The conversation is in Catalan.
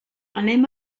anem